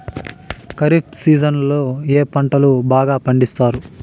ఖరీఫ్ సీజన్లలో ఏ పంటలు బాగా పండిస్తారు